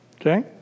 Okay